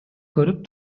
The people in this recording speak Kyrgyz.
көрүп